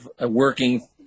working